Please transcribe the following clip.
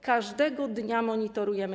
Każdego dnia to monitorujemy.